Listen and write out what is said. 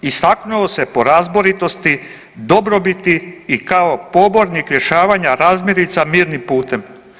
Istaknuo se po razboritosti, dobrobiti i kao pobornik rješavanja razmirica mirnim putem.